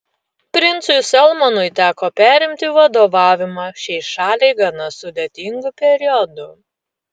princui salmanui teko perimti vadovavimą šiai šaliai gana sudėtingu periodu